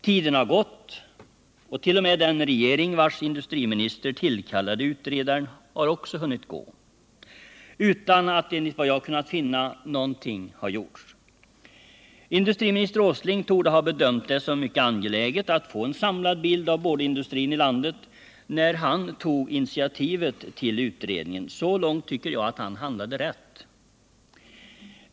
Tiden har gått, och t.o.m. den regering vars industriminister tillkallade utredaren har hunnit gå utan att enligt vad jag kunnat finna någonting har gjorts. Industriminister Åsling torde ha bedömt det som angeläget att få en samlad bild av boardindustrin i landet när han tog initiativet till utredningen. Så långt tycker jag att han handlade rätt.